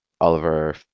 Oliver